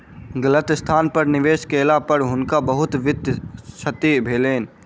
गलत स्थान पर निवेश केला पर हुनका बहुत वित्तीय क्षति भेलैन